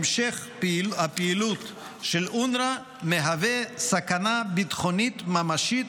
המשך הפעילות של אונר"א מהווה סכנה ביטחונית ממשית